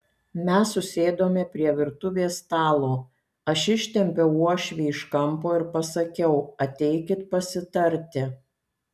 mes susėdome prie virtuvės stalo aš ištempiau uošvį iš kampo ir pasakiau ateikit pasitarti